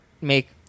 make